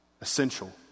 essential